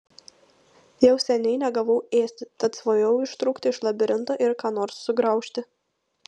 jau seniai negavau ėsti tad svajojau ištrūkti iš labirinto ir ką nors sugraužti